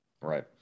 Right